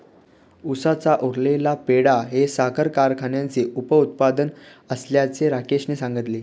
उसाचा उरलेला पेंढा हे साखर कारखान्याचे उपउत्पादन असल्याचे राकेश यांनी सांगितले